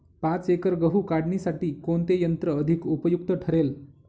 पाच एकर गहू काढणीसाठी कोणते यंत्र अधिक उपयुक्त ठरेल?